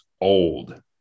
Old